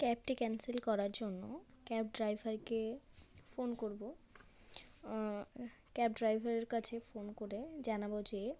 ক্যাবটি ক্যান্সেল করার জন্য ক্যাব ড্রাইভারকে ফোন করবো ক্যাব ড্রাইভারের কাছে ফোন করে জানাবো যে